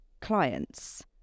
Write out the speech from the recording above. clients